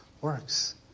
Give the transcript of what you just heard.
works